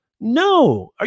No